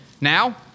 Now